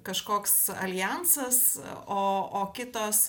kažkoks aljansas o o kitos